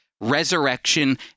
resurrection